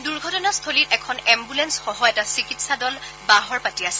দুৰ্ঘটনাস্থলীত এখন এম্বুলেঞ্চসহ এটা চিকিৎসা দল বাহৰ পাতি আছে